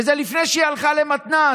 וזה לפני שהיא הלכה למתנ"ס,